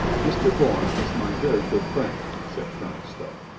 mr. bourne is my very good friend, said colonel stow.